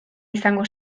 izango